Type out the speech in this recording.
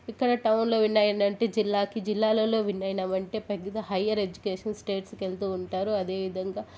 ఇక్కడ టౌన్లో విన్ అయినంటి జిల్లాకి జిల్లాలల్లో విన్ అయినవంటి పెద్దద హైయర్ ఎడ్యుకేషన్ స్టేట్స్కెళ్తూ ఉంటారు అదేవిధంగా